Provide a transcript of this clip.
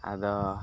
ᱟᱫᱚ